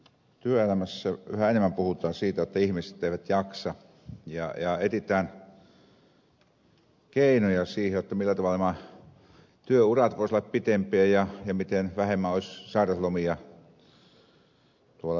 työelämässä yhä enemmän puhutaan siitä että ihmiset eivät jaksa ja etsitään keinoja siihen millä tavalla työurat voisivat olla pitempiä ja miten vähemmän olisi sairauslomia työelämän puolella